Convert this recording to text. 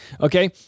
okay